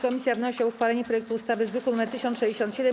Komisja wnosi o uchwalenie projektu ustawy z druku nr 1067.